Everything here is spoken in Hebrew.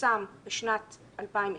שפורסם בשנת 2020,